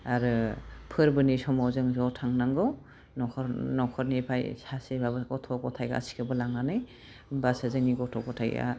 आरो फोरबोनि समाव जों ज' थांनांगौ नख'र नख'रनिफाय सासेबाबो गथ' गथाय गासिबखौनो लांनानै होमबासो जोंनि गथ' गथायआ